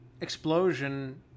explosion